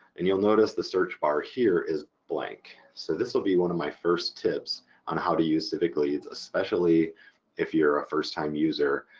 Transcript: and you'll notice the search bar here is blank so this will be one of my first tips on how to use civicleads especially if you're a first-time user.